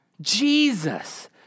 Jesus